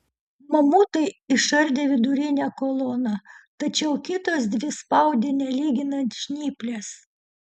mamutai išardė vidurinę koloną tačiau kitos dvi spaudė nelyginant žnyplės